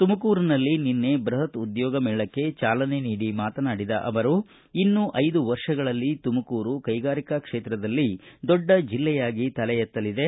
ತುಮಕೂರಿನಲ್ಲಿ ನಿನ್ನೆ ಬೃಹತ್ ಉದ್ಯೋಗ ಮೇಳಕ್ಕೆ ಚಾಲನೆ ನೀಡಿ ಮಾತನಾಡಿದ ಅವರು ಇನ್ನು ಐದು ವರ್ಷಗಳಲ್ಲಿ ತುಮಕೂರು ಕೈಗಾರಿಕಾ ಕ್ಷೇತ್ರದಲ್ಲಿ ದೊಡ್ಡ ಜಿಲ್ಲೆಯಾಗಿ ತಲೆ ಎತ್ತಲಿದೆ